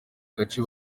gace